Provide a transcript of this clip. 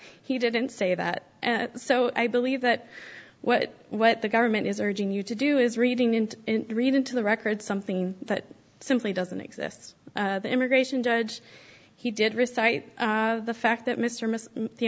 he didn't say that and so i believe that what what the government is urging you to do is reading and read into the record something that simply doesn't exist immigration judge he did reciting the fact that mr